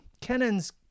Kennan's